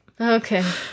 Okay